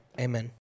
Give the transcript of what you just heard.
Amen